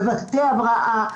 בבתי הבראה,